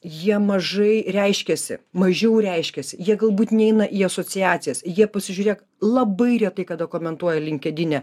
jie mažai reiškiasi mažiau reiškiasi jie galbūt neina į asociacijas jie pasižiūrėk labai retai kada komentuoja linkedine